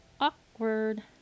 awkward